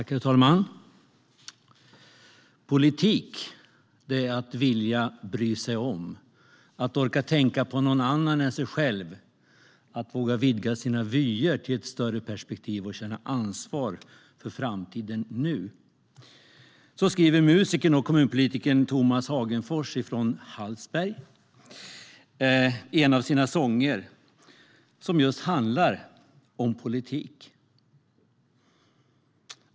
Herr talman! Politik är att vilja bry sig om, att orka tänka på någon annan än sig själv, att våga vidga sina vyer till ett större perspektiv och känna ansvar för framtiden nu. Så skriver musikern och kommunpolitikern Tomas Hagenfors från Hallsberg i en av sina sånger som just handlar om politik.